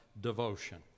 devotion